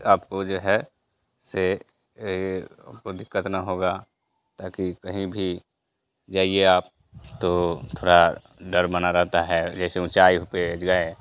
आपको जो है से कोई दिक्कत न होगा ताकि कहीं भी जाइए आप तो थोड़ा डर बना रहता है जैसे ऊँचाई हो पर गए